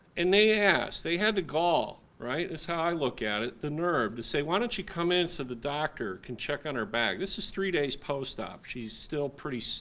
and they asked, they had the gall, right, this is how i look at it, the nerve, to say why don't you come in so the doctor can check on her bag, this is three days post-op, she's still pretty so